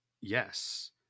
Yes